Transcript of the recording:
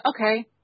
okay